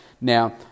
Now